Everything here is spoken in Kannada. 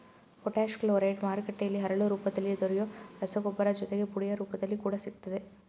ಪೊಟ್ಯಾಷ್ ಕ್ಲೋರೈಡ್ ಮಾರುಕಟ್ಟೆಲಿ ಹರಳು ರೂಪದಲ್ಲಿ ದೊರೆಯೊ ರಸಗೊಬ್ಬರ ಜೊತೆಗೆ ಪುಡಿಯ ರೂಪದಲ್ಲಿ ಕೂಡ ಸಿಗ್ತದೆ